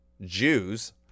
Jews